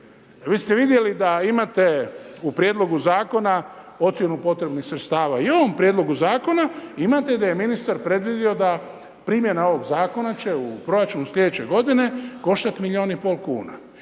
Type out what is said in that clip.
Vi ste vidjeli da imate u Prijedlogu Zakonu ocjenu potrebnih sredstva i u ovom Prijedlogu Zakona imate da je ministar predvidio da primjena ovog Zakona će u proračun slijedeće godine koštati milion i pol kuna.